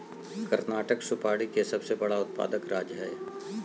कर्नाटक सुपारी के सबसे बड़ा उत्पादक राज्य हय